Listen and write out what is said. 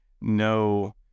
no